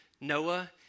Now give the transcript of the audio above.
Noah